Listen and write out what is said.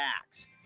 acts